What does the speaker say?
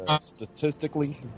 statistically